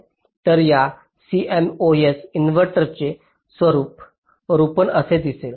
तर या CMOS इन्व्हर्टरचे रूपण असे दिसेल